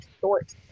short